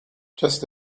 just